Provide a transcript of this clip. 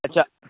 ଆଚ୍ଛା